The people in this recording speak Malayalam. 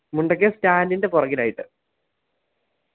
മുണ്ടക്കയം സ്റ്റാൻറ്റിൻറ്റെ പുറകിലായിട്ട്